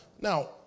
now